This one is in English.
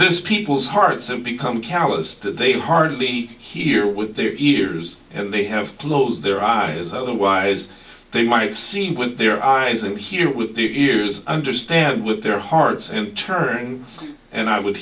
this people's hearts and become calloused they hardly hear with their ears and they have closed their eyes otherwise they might see with their eyes and hear with the ears understand with their hearts in turn and i would